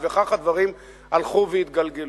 וכך הדברים הלכו והתגלגלו.